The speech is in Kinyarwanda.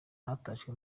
hatashywe